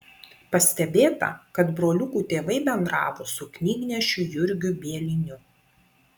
pastebėta kad broliukų tėvai bendravo su knygnešiu jurgiu bieliniu